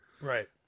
right